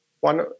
one